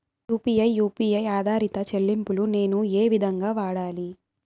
UPI U P I ఆధారిత చెల్లింపులు నేను ఏ విధంగా వాడాలి?